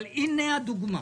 אבל הינה הדוגמה